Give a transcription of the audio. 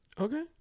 Okay